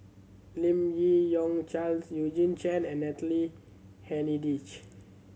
Lim Yi Yong Charles Eugene Chen and Natalie Hennedige